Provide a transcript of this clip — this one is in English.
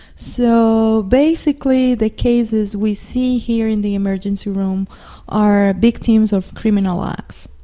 so basically the cases we see here in the emergency room are victims of criminal acts.